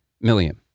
million